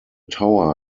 tower